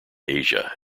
asia